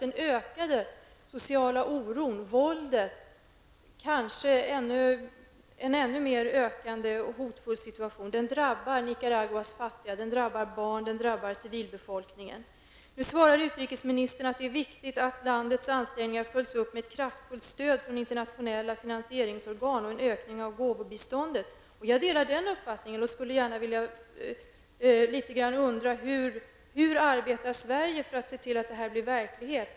Den ökade sociala oron, våldet och den hotfulla situationen drabbar Nicaraguas fattiga, barnen och civilbefolkningen. Nu svarar utrikesministern att det är viktigt att landets ansträngningar följs upp av ett kraftfullt stöd från internationella finansieringsorgan och en ökning av gåvobiståndet. Jag delar den uppfattningen, men jag undrar hur Sverige arbetar för att se till att detta blir verklighet.